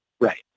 right